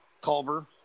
Culver